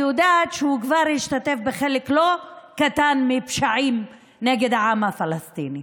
ואני יודעת שהוא כבר השתתף בחלק לא קטן מהפשעים נגד העם הפלסטיני.